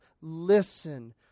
Listen